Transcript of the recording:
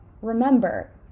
remember